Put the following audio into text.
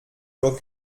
nur